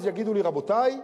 אז יגידו לי: רבותי,